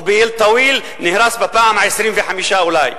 וטוויל נהרס בפעם ה-25 אולי,